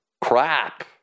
Crap